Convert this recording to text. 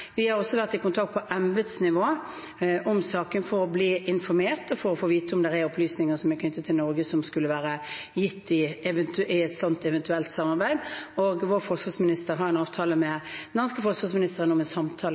også vært i kontakt om saken på embetsnivå for å bli informert og for å vite om det er opplysninger knyttet til Norge som skulle være gitt i et eventuelt slikt samarbeid. Vår forsvarsminister har en avtale med den danske forsvarsministeren om en samtale